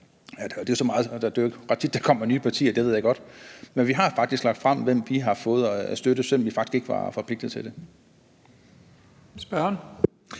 det er jo ikke ret tit, der kommer nye partier; det ved jeg godt. Men vi har faktisk lagt frem, hvad vi har fået i støtte, selv om vi ikke var forpligtet til det.